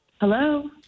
Hello